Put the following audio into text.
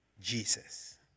Jesus